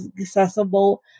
accessible